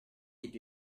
did